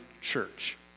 church